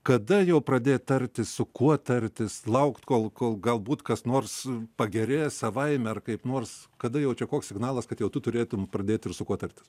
kada jau pradėjo tartis su kuo tartis laukti kol kol galbūt kas nors pagerės savaime ar kaip nors kada jaučia koks signalas kad jau turėtumei pradėti ir su kuo tartis